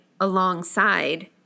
alongside